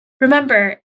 remember